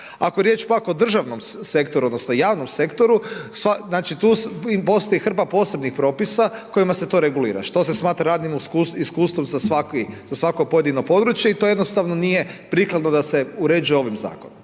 Ako je riječ pak o državnom sektoru, odnosno javnom sektoru, znači tu postoji hrpa posebnih propisa kojima se to regulira što se smatra radnim iskustvom za svako pojedino područje i to jednostavno nije prikladno da se uređuje ovim zakonom.